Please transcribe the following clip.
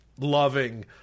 loving